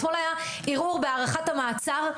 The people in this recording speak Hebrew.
אתמול היה ערעור בהארכת המעצר,